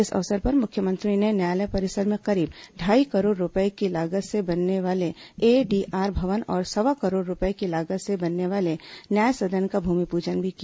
इस अवसर पर मुख्यमंत्री ने न्यायालय परिसर में करीब ढाई करोड़ रूपए की लागत से बनने वाले एडी आर भवन और सवा करोड़ रूपए की लागत से बनने वाले न्याय सदन का भूमिपूजन भी किया